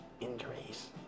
injuries